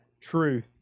truth